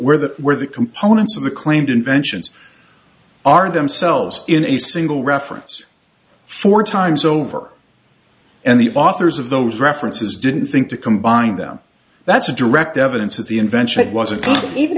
where that where the components of the claimed inventions are themselves in a single reference four times over and the authors of those references didn't think to combine them that's a direct evidence of the invention it wasn't even